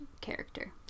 character